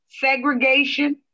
segregation